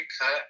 cut